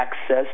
access